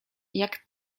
jak